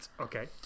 Okay